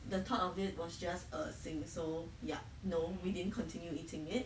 the thought of it was just a sin so yup no we didn't continue eating it